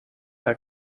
are